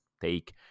take